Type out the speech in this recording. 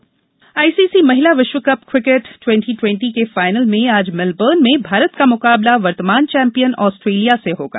महिला cricket ICC महिला विश्वकप क्रिकेट ट्वेंटी टवेंटी के फाइनल में आज मेलबर्न में भारत का मुकाबला वर्तमान चैम्पियन ऑस्ट्रेलिया से होगा